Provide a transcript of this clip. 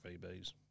VBs